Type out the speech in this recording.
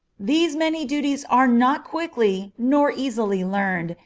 these many duties are not quickly nor easily learned,